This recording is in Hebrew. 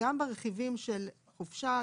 גם ברכיבים של חופשה,